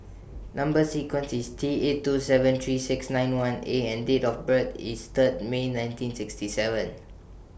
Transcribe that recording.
Number sequence IS T eight two seven three six nine one A and Date of birth IS Third May nineteen sixty seven